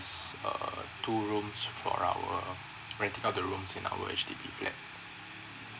uh two rooms for our renting out the room in our H_D_B flat